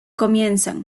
comienzan